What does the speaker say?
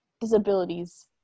disabilities